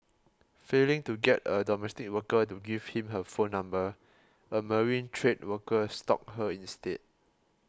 failing to get a domestic worker to give him her phone number a marine trade worker stalked her instead